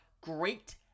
great